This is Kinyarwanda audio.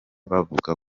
bavuga